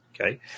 Okay